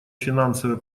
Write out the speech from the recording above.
финансовые